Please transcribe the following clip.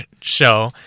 show